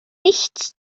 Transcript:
nichts